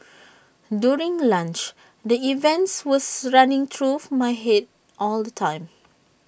during lunch the events were running through my Head all the time